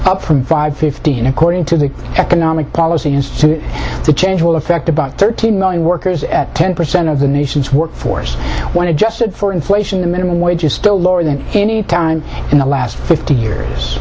up from five fifteen according to the economic policy institute the change will affect about thirteen million workers at ten percent of the nation's workforce when adjusted for inflation the minimum wage is still lower than any time in the last fifty years